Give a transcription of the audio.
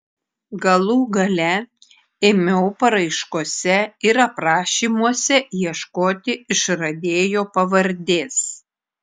galų gale ėmiau paraiškose ir aprašymuose ieškoti išradėjo pavardės